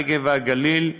הנגב והגליל,